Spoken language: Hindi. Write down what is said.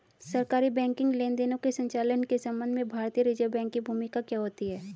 सरकारी बैंकिंग लेनदेनों के संचालन के संबंध में भारतीय रिज़र्व बैंक की भूमिका क्या होती है?